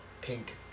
pink